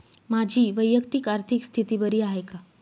माझी वैयक्तिक आर्थिक स्थिती बरी आहे का?